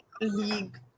league